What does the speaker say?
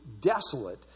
desolate